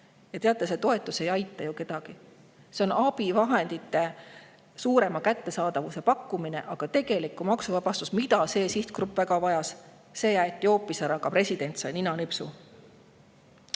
Ja teate, see toetus ei aita ju kedagi. See on abivahendite suurema kättesaadavuse pakkumine, aga tegelik maksuvabastus, mida see sihtgrupp väga vajab, jäeti hoopis ära. Ka president sai ninanipsu.